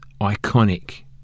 iconic